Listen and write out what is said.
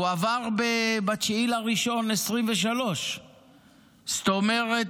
הוא עבר ב-9 בינואר 2023. זאת אומרת,